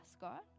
God